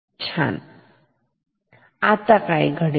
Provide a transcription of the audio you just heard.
छान आता काय घडेल